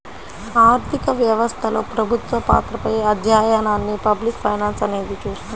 ఆర్థిక వ్యవస్థలో ప్రభుత్వ పాత్రపై అధ్యయనాన్ని పబ్లిక్ ఫైనాన్స్ అనేది చూస్తుంది